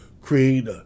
create